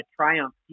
Triumph